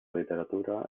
literatura